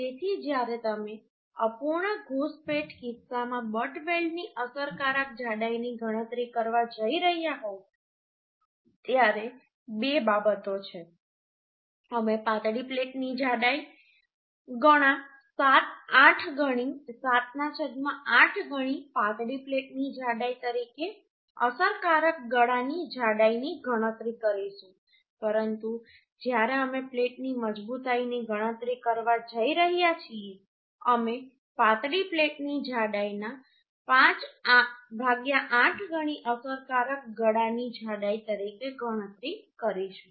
તેથી જ્યારે તમે અપૂર્ણ ઘૂંસપેંઠના કિસ્સામાં બટ વેલ્ડની અસરકારક જાડાઈની ગણતરી કરવા જઈ રહ્યા હોવ ત્યારે બે બાબતો છે અમે પાતળી પ્લેટની જાડાઈ ગણા 78 78 ગણી પાતળી પ્લેટની જાડાઈ તરીકે અસરકારક ગળાની જાડાઈની ગણતરી કરીશું પરંતુ જ્યારે અમે પ્લેટની મજબૂતાઈની ગણતરી કરવા જઈ રહ્યા છીએ અમે પાતળી પ્લેટની જાડાઈના 58 ગણી અસરકારક ગળાની જાડાઈ તરીકે ગણતરી કરીશું